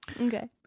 Okay